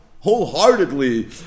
wholeheartedly